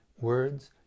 words